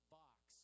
box